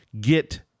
get